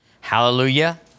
Hallelujah